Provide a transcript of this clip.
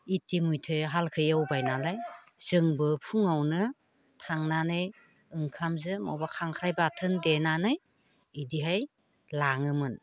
इटिमयधे हालखौ एवबाय नालाय जोंबो फुङावनो थांनानै ओंखामजों अबा खांख्राइ बाथोन देनानै बिदिहाय लाङोमोन